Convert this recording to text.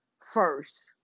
first